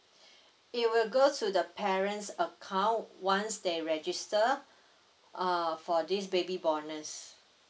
it will go to the parents account once they register err for this baby bonus